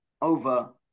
over